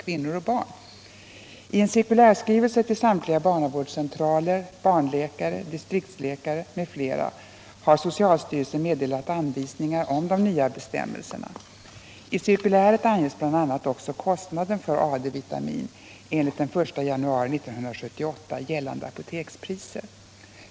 I en cirkulärskrivelse till samtliga barnavårdscentraler, barnläkare, distriktsläkare m.fl. har socialstyrelsen meddelat anvisningar om de nya bestämmelserna. I cirkuläret anges bl.a. också kostnaden för AD-vitamin enligt den 1 januari 1978 gällande apotekspriser.